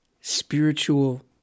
spiritual